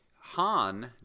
Han